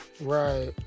Right